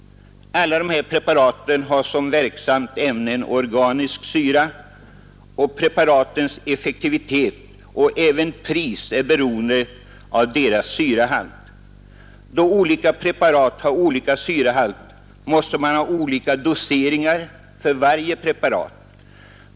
Alla de här preparaten har som verksamt ämne en organisk syra, och preparatens effektivitet liksom deras pris är beroende av deras syrahalt. Då olika preparat har olika syrahalt måste man ha olika doseringar för varje preparat.